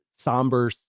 somber